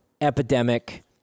epidemic